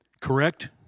Correct